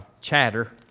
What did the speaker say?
chatter